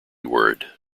word